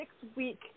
six-week